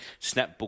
Snapbook